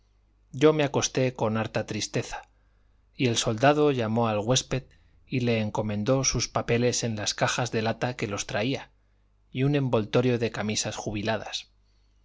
yo me acosté con harta tristeza y el soldado llamó al huésped y le encomendó sus papeles en las cajas de lata que los traía y un envoltorio de camisas jubiladas